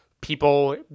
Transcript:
people